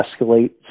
escalate